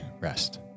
rest